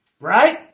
Right